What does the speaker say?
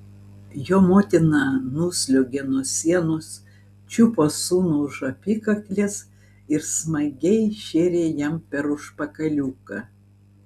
jo motina nusliuogė nuo sienos čiupo sūnų už apykaklės ir smagiai šėrė jam per užpakaliuką